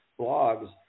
blogs